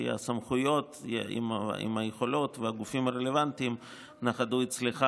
כי הסמכויות עם היכולות והגופים הרלוונטיים נחתו אצלך,